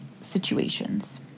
situations